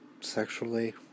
sexually